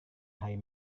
hari